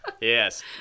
yes